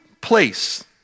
place